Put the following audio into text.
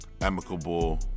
amicable